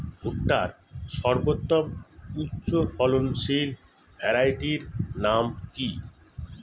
ভুট্টার সর্বোত্তম উচ্চফলনশীল ভ্যারাইটির নাম কি?